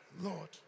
Lord